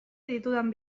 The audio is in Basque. ditudan